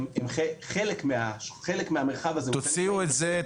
חלק מהמרחב הזה --- תוציאו את זה,